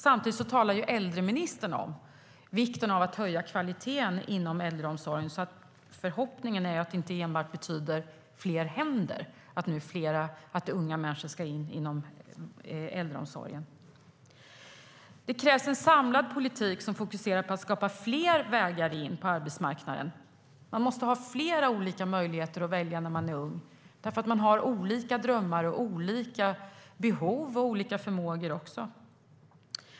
Samtidigt talar äldreministern om vikten av att höja kvaliteten inom äldreomsorgen. Förhoppningen är att det inte enbart betyder fler händer när unga människor ska komma in i äldreomsorgen. Det krävs en samlad politik som fokuserar på att skapa fler vägar in på arbetsmarknaden. Det måste finnas flera olika valmöjligheter när man är ung. Man har olika drömmar, behov och förmågor.